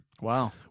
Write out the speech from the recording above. Wow